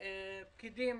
למידע.